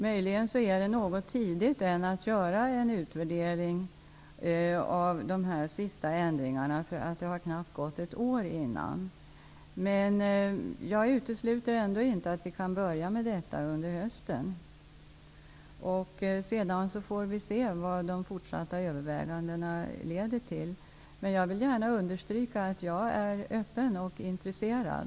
Möjligen är det något tidigt att göra en utvärdering av de senaste ändringarna. Det har knappt gått ett år. Jag utesluter ändå inte att vi kan börja med detta under hösten. Sedan får vi se vad de fortsatta övervägandena leder till. Men jag vill gärna understryka att jag är öppen och intresserad.